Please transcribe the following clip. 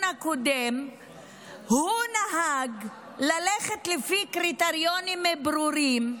הקודם הוא נהג ללכת לפי קריטריונים ברורים,